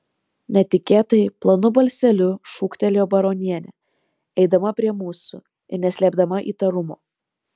netikėtai plonu balseliu šūktelėjo baronienė eidama prie mūsų ir neslėpdama įtarumo